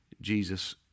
Jesus